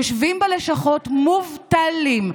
יושבים בלשכות מובטלים.